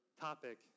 topic